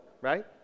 right